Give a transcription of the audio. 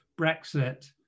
Brexit